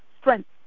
strength